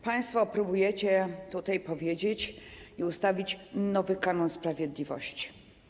Państwo próbujecie wypowiedzieć i ustanowić nowy kanon sprawiedliwości.